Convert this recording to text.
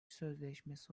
sözleşmesi